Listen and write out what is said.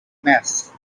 mess